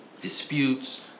disputes